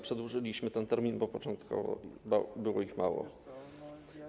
Przedłużyliśmy ten termin, bo początkowo było ich mało.